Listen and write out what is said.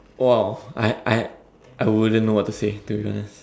!wow! I I I wouldn't know what to say to be honest